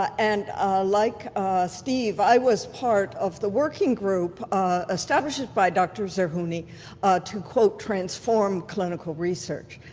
and like steve, i was part of the working group established by dr. zerhuni to, quote, transform clinical research.